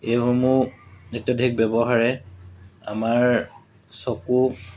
এইসমূহ অত্যাধিক ব্যৱহাৰে আমাৰ চকু